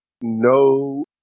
no